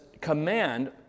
command